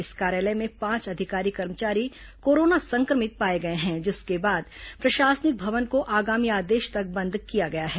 इस कार्यालय में पांच अधिकारी कर्मचारी कोरोना संक्रमित पाए गए हैं जिसके बाद प्रशासनिक भवन को आगामी आदेश तक बंद किया गया है